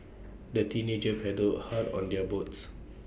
the teenagers paddled hard on their boats